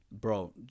bro